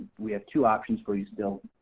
we have two options for you still.